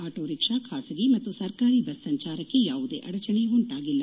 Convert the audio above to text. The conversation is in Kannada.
ಆಟೋರಿಕ್ಷಾ ಖಾಸಗಿ ಮತ್ತು ಸರ್ಕಾರಿ ಬಸ್ ಸಂಚಾರಕ್ಕೆ ಯಾವುದೇ ಅಡಚಣೆ ಉಂಟಾಗಿಲ್ಲ